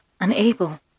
unable